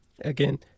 Again